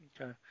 okay